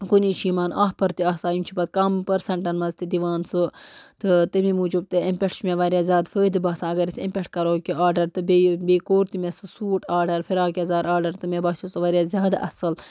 کُنہِ وِزِ چھِ یِمَن آفَر تہِ آسان یِم چھِ پَتہٕ کَم پٔرسَنٛٹَن منٛز تہِ دِوان سُہ تہٕ تٔمی موٗجوٗب تہٕ اَمہِ پٮ۪ٹھ چھُ مےٚ واریاہ زیادٕ فٲیِدٕ باسان اگر أسۍ أمۍ پٮ۪ٹھ کَرو کیٚنہہ آرڈَر تہٕ بیٚیہِ بیٚیہِ کوٚر تہِ مےٚ سُہ سوٗٹ آرڈَر فراک یَزار آرڈَر تہٕ مےٚ باسیو سُہ واریاہ زیادٕ اصٕل